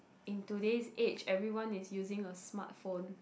in today's age everyone is using a smartphone